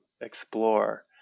explore